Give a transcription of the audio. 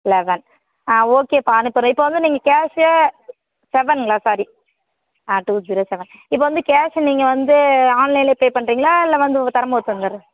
eleven ஆ ஓகேப்பா அனுப்பிறேன் இப்போ வந்து நீங்கள் கேஷே செவன்களா ஸாரி ஆ டூ ஜீரோ செவன் இப்போ வந்து கேஷ் நீங்கள் வந்து ஆன்லைன்ல பே பண்ணுறீங்களா இல்லை வந்து தரம்போது தந்துடுறீ